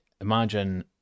imagine